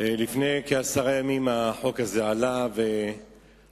לפני כעשרה ימים הועלתה הצעת החוק הזאת,